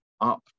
up